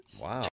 Wow